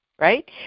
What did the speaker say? right